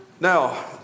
Now